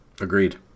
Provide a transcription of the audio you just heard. Agreed